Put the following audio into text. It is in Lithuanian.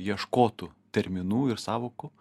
ieškotų terminų ir sąvokų